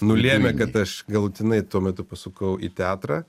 nulėmė kad aš galutinai tuo metu pasukau į teatrą